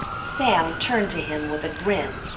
sam turned to him with a grin.